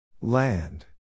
Land